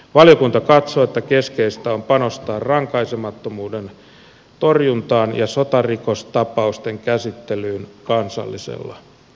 valiokunta katsoo että keskeistä on panostaa rankaisemattomuuden torjuntaan ja sotarikostapausten käsittelyyn kansallisella tasolla